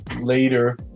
later